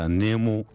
nemo